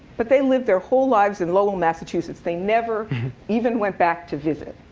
but they lived their whole lives in lowell, massachusetts. they never even went back to visit.